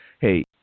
hey